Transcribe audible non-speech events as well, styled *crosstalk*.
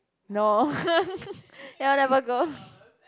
no *laughs* then I'll never go